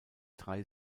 drei